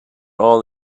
all